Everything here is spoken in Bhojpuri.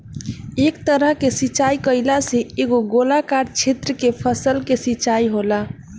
एह तरह के सिचाई कईला से एगो गोलाकार क्षेत्र के फसल के सिंचाई होला